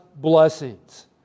blessings